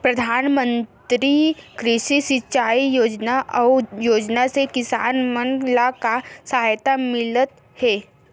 प्रधान मंतरी कृषि सिंचाई योजना अउ योजना से किसान मन ला का सहायता मिलत हे?